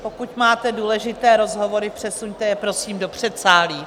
Pokud máte důležité rozhovory, přesuňte je prosím do předsálí.